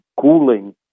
cooling